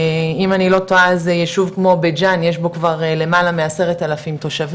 אם אני לא טועה אז יישוב כמו בית ג'אן יש בו כבר למעלה מ-10,000 תושבים,